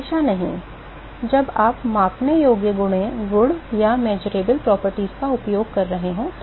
हमेशा नहीं जब आप मापने योग्य गुणों का उपयोग कर रहे हों